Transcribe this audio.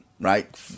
right